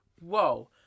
Whoa